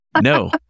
No